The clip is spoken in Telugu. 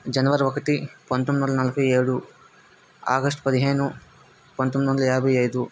జనవరి ఒకటి పంతొమ్మిది వందల నలభై ఏడు ఆగస్టు పదిహేను పంతొమ్మిది వందల యాభై ఐదు